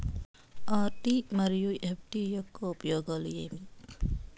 RD మరియు FD యొక్క ఉపయోగాలు ఏమి?